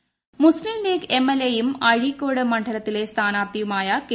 ഷാജി മുസ്തീം ലീഗ് എംഎൽഎയും അഴീക്കോട് മണ്ഡലത്തിലെ സ്ഥാനാർത്ഥിയുമായ കെ